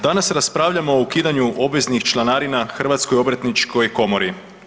Danas raspravljamo o ukidanju obveznih članarina Hrvatskoj obrtničkoj komori.